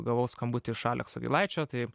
gavau skambutį iš alekso gilaičio tai